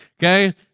Okay